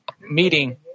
meeting